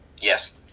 Yes